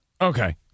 Okay